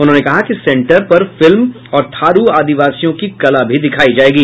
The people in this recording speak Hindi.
उन्होंने कहा कि सेंटर पर फिल्म और थारू आदिवासियों की कला भी दिखायी जायेगी